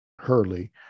Hurley